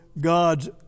God's